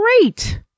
great